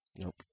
Nope